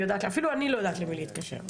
אפילו אני לא יודעת למי להתקשר.